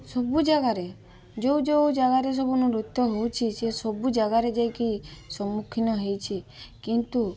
ସବୁ ଜାଗାରେ ଯେଉଁ ଯେଉଁ ଜାଗାରେ ସବୁ ନୃତ୍ୟ ହଉଛି ସେ ସବୁ ଜାଗାରେ ଯାଇକି ସମ୍ମୁଖିନ ହେଇଛି କିନ୍ତୁ